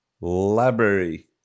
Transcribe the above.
library